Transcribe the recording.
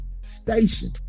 station